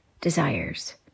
desires